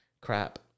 crap